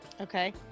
Okay